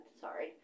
sorry